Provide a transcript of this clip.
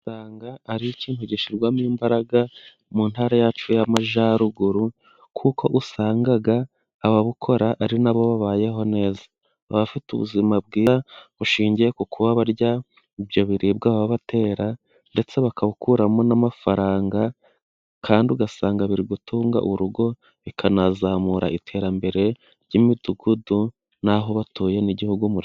Ugasanga ari ikintu gishyirwamo imbaraga mu ntara yacu y'amajyaruguru kuko usanga ababukora ari na bo babayeho neza. Abafite ubuzima bwiza bushingiye ku kuba barya ibyo biribwa batera ndetse bakabukuramo n'amafaranga. Kandi ugasanga biri gutunga urugo bikanazamura iterambere ry'imidugudu n'aho batuye n'igihugu muri....